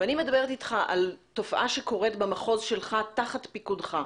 ואני מדברת אתך על תופעה שקורית במחוז שלך תחת פיקודך.